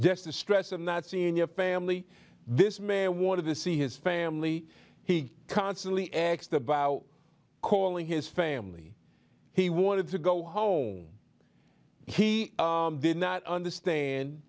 just the stress of not seeing your family this may want to see his family he constantly axed about calling his family he wanted to go home he did not understand